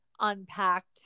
unpacked